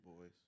Boys